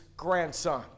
grandson